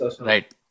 Right